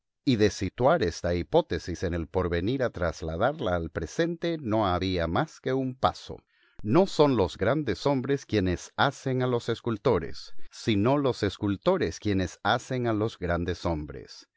y de situar esta hipótesis en el porvenir a trasladarla al presente no había más que un paso no son los grandes hombres quienes hacen a los escultores sino los escultores quienes hacen a los grandes hombres